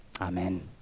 Amen